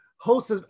hosts